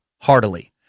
heartily